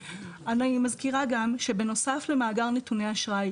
אני מזכירה גם שבנוסף למאגר נתוני אשראי,